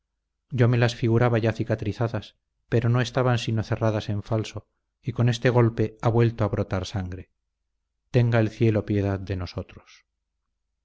yo me las figuraba ya cicatrizadas pero no estaban sino cerradas en falso y con este golpe han vuelto a brotar sangre tenga el cielo piedad de nosotros